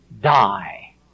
die